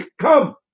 come